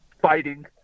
fighting